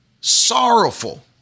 sorrowful